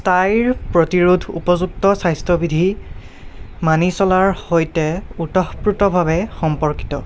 প্ৰতিৰোধ উপযুক্ত স্বাস্থ্যবিধি মানি চলাৰ সৈতে ওতঃপ্ৰোতভাৱে সম্পৰ্কিত